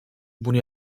bunu